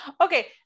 Okay